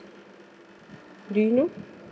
do you know